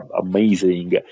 amazing